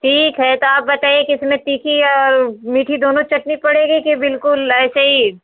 ठीक है तो आप बताइये किसमें तीखी है और मीठी दोनों चटनी पड़ेगी कि बिल्कुल ऐसे ही